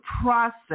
process